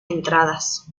entradas